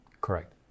Correct